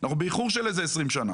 אנחנו באיחור של 20 שנה.